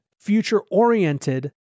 future-oriented